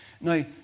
Now